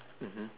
mmhmm